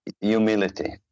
humility